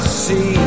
see